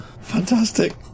Fantastic